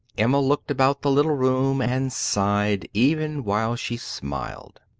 emma looked about the little room and sighed, even while she smiled.